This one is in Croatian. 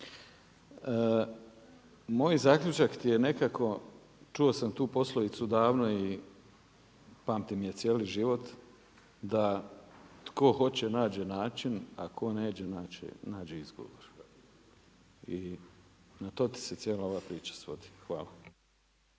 Moj zaključak ti je nekako, čuo sam tu poslovicu davno i pamtim je cijeli život, da „tko hoće nađe način, a tko neće, nađe izgovor“. I na to ti se ova cijela priča svodi. Hvala.